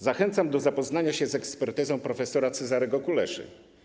Zachęcam do zapoznania się z ekspertyzą prof. Cezarego Kuleszy.